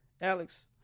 Alex